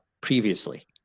previously